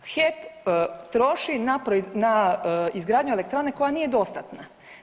HEP troši na izgradnju elektrane koja nije dostatna.